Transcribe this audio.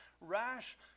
rash